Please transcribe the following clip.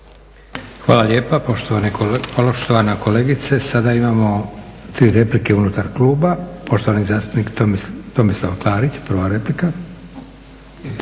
Hvala lijepa poštovana kolegice. Sada imamo tri replike unutar kluba. Poštovani zastupnik Tomislav Klarić prva replika.